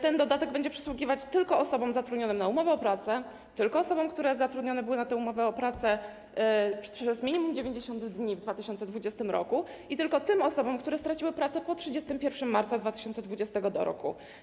Ten dodatek będzie przysługiwać tylko osobom zatrudnionym na umowę o pracę, tylko osobom, które zatrudnione były na tę umowę o pracę przez minimum 90 dni w 2020 r., i tylko tym osobom, które straciły pracę po 31 marca 2020 r.